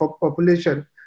population